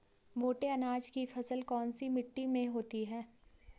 मोटे अनाज की फसल कौन सी मिट्टी में होती है?